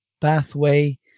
pathway